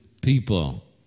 people